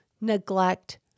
neglect